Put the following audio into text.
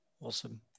Awesome